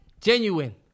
Genuine